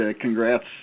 congrats